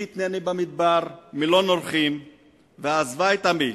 "מי יתנני במדבר מלון אורחים ואעזבה את עמי